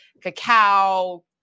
cacao